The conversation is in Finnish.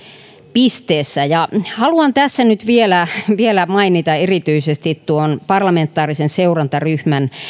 pisteessä haluan tässä nyt vielä vielä mainita erityisesti tuon parlamentaarisen seurantaryhmän